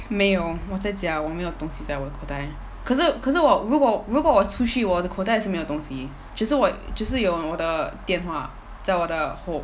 没有我在家我没有东西在我的口袋可是可是我如果如果我出去我的口袋是没有东西只是我只是有我的电话在我的后